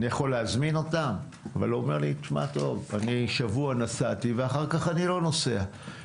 יכול להזמין אותם אבל אומר לי: שבוע נסעתי ואחר כך איני נוסע.